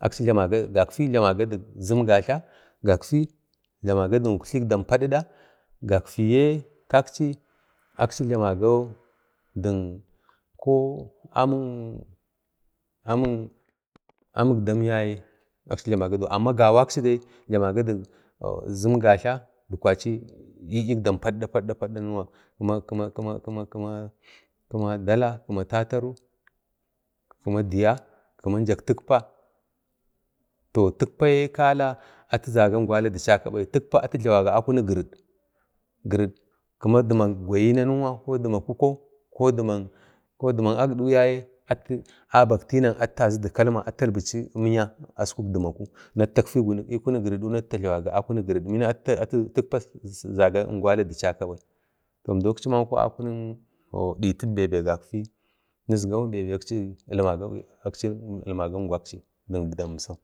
gakfagai jlamaga dik zim gatla gakfagai dik dim padada gakfagai yi jlamaga koko dik amik dim yaye gawaksi dai jlamaga dik zim gatla kwachi didaik dim padada-padada kima Dala, kima Tataru, kima Dəya, kima jak Tikpa, Tikpayi ati jlamaga kala da chakabai atu jlamaga kala akunik girid, girid kima dim gwayi nanuwa kima dim kukau, ko dimik Agda yaye ata bak chinitazi dakalma atu talbachi imya askuk dimaku atu tatfi kunik giridu atu jlawaga akunik girid bina atu zaga ingwala da chaka bai əmdau aksiyau japa ditau be ilmaga ingwaksi ko dachaka.